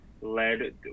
led